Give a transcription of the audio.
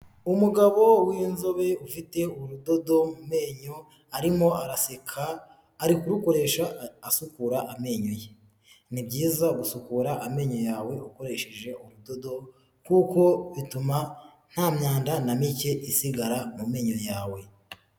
Umugabo w'inzobe ufite urudodo mu menenyo arimo araseka ari kurukoresha asukura amenyo ye , ni byiza gusukura amenyo yawe ukoresheje urudodo kuko bituma nta myanda na mike isigara mu menyo yawe.